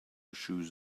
shoes